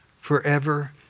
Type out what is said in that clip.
forever